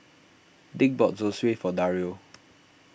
Dick bought Zosui for Dario